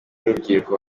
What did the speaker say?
urubyiruko